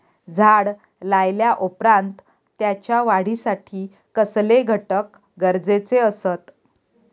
झाड लायल्या ओप्रात त्याच्या वाढीसाठी कसले घटक गरजेचे असत?